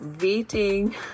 waiting